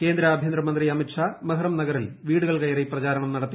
കേന്ദ്ര ആഭ്യന്തര മന്ത്രി അമിത് ഷാ മെഹ്റം നഗറിൽ വീടുകൾ കയറി പ്രചരണം നടത്തി